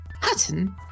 Hutton